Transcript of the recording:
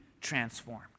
transformed